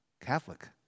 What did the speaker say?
Catholic